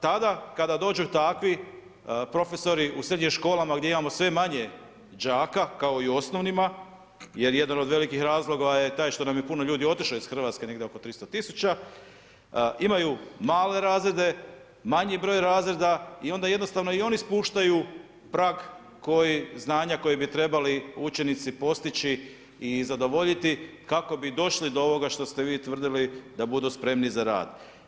Tada, kada dođu takvi profesori u srednjim školama gdje imamo sve manje đaka, kao i u osnovnima, jer jedan od velikih razloga je taj što nam je puno ljudi otišlo iz RH, negdje oko 300 tisuća, imaju male razrede, manji broj razreda i onda jednostavno i oni spuštaju prag znanja koji bi trebali učenici postići i zadovoljiti, kako bi došli do ovoga što ste vi tvrdili da budu spremi za rad.